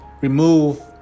remove